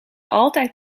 altijd